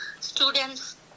students